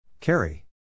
Carry